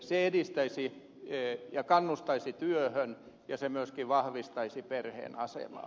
se edistäisi ja kannustaisi työhön ja se myöskin vahvistaisi perheen asemaa